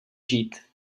žít